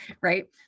right